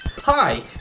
Hi